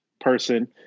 person